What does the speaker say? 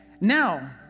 Now